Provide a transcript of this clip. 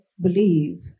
believe